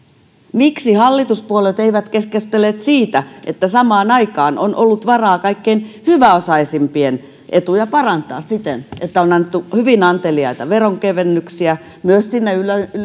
miksi hallituspuolueet eivät keskustelleet siitä että samaan aikaan on ollut varaa kaikkein hyväosaisimpien etuja parantaa siten että on annettu hyvin anteliaita veronkevennyksiä myös sinne